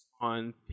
on